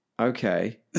Okay